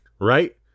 right